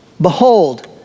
Behold